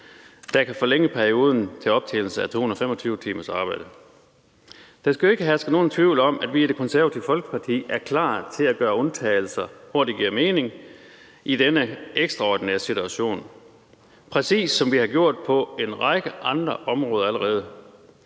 af 12-månedersperioden til optjening af 225 timers arbejde. Der skal ikke herske nogen tvivl om, at vi i Det Konservative Folkeparti er klar til at gøre undtagelser, hvor det giver mening, i denne ekstraordinære situation, præcis som vi har gjort på en række andre områder allerede.